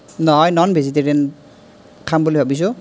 নহয় non vegetarian খাম বুলি ভাবিছোঁ